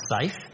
safe